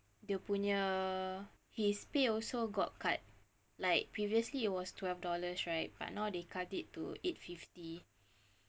dia punya his pay also got cut like previously it was twelve dollars right but now they cut it to eight fifty